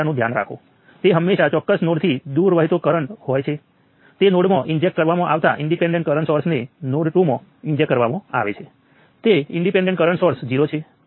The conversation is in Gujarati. જમણી બાજુએ આપણી પાસે કરંટોના વેક્ટરને નોડ 1 અને 2માં ધકેલવામાં આવે છે જે નોડ 1 માં ધકેલવામાં આવે છે તે માઈનસ 7 મિલી એમ્પીયર છે કારણ કે તેમાંથી 7 મિલી એમ્પીયર ટર્ન થઈ રહ્યું છે